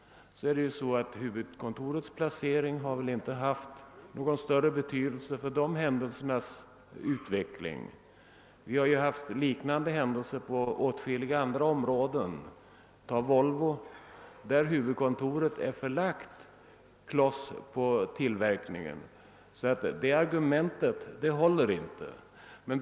Huvudkonrets placering har väl inte haft någon större betydelse för dessa händelser. Liknande händelser har inträffat på åtskilliga andra områden, t.ex. vid Volvo som har sitt huvudkontor förlagt till tillverkningsorten. Det argumentet håller alltså inte.